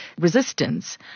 resistance